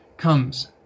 comes